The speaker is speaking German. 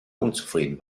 unzufrieden